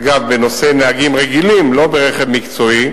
אגב, לגבי בדיקת ראייה,